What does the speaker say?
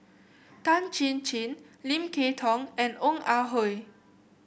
Tan Chin Chin Lim Kay Tong and Ong Ah Hoi